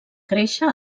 créixer